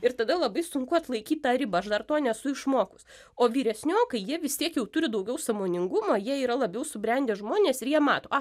ir tada labai sunku atlaikyt tą ribą aš dar to nesu išmokus o vyresniokai jie vis tiek jau turi daugiau sąmoningumo jie yra labiau subrendę žmonės ir jie mato a